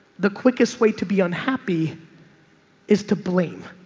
the quickest way to be unhappy is to blame.